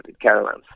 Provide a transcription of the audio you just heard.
caravans